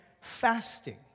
fasting